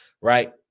Right